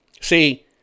See